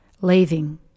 leaving